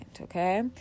okay